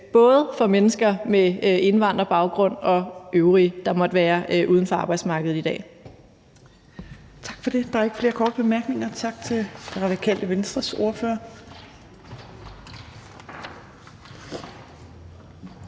både for mennesker med indvandrerbaggrund og øvrige, der måtte være uden for arbejdsmarkedet i dag. Kl. 16:10 Fjerde næstformand (Trine Torp): Tak for det. Der er ikke flere korte bemærkninger. Tak til Radikale Venstres ordfører.